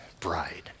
bride